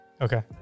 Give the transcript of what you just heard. Okay